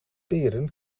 peren